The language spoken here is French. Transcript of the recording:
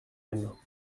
aime